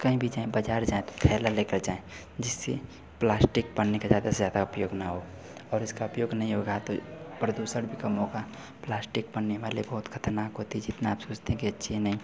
कहीं भी जाएँ बाज़ार जाएँ तो थैला लेकर जाएँ जिससे प्लास्टिक पन्नी का ज़्यादा से ज़्यादा उपयोग ना हो और इसका उपयोग नहीं होगा तो प्रदूषण भी कम होगा प्लास्टिक पन्नी वाली बहुत ख़तरनाक होती है जितना आप सोचती कि अच्छी है नहीं